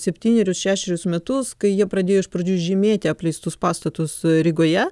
septynerius šešerius metus kai jie pradėjo iš pradžių žymėti apleistus pastatus rygoje